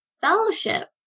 fellowship